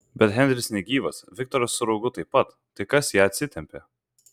bet henris negyvas viktoras su raugu taip pat tai kas ją atsitempė